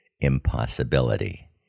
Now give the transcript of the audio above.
impossibility